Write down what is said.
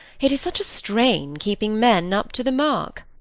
it is such a strain keeping men up to the mark.